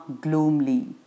gloomily